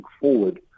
forward